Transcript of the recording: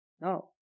No